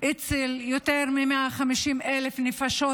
אצל יותר מ-150,000 נפשות,